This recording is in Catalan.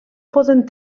poden